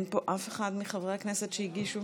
אין פה אף אחד מחברי הכנסת שהגישו?